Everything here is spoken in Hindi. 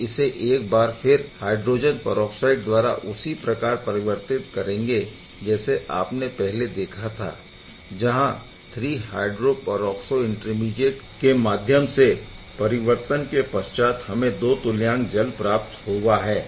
हम इसे एक बार फिर हायड्रोजन परऑक्साइड द्वारा उसी प्रकार परिवर्तित करेंगे जैसे आपने पहले देखा था जहाँ 3 हायड्रोपरऑक्सो इंटरमीडिएट के माध्यम से परिवर्तन के पश्चात हमें दो तुल्यांक जल प्राप्त हुआ था